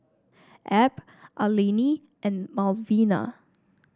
Abb Alani and Malvina